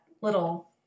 little